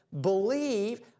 believe